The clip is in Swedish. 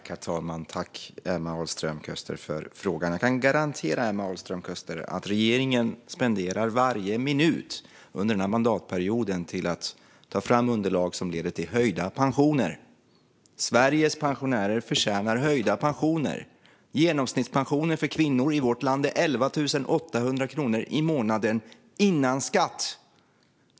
Herr talman! Tack, Emma Ahlström Köster, för frågan! Jag kan garantera Emma Ahlström Köster att regeringen spenderar varje minut under den här mandatperioden på att ta fram underlag som leder till höjda pensioner. Sveriges pensionärer förtjänar höjda pensioner. Genomsnittspensionen för kvinnor i vårt land är 11 800 kronor i månaden före skatt.